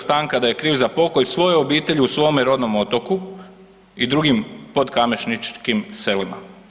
Stanka da je kriv za pokolj svoje obitelji u svome rodnom Otoku i drugim potkamešničkim selima.